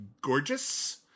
gorgeous